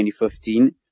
2015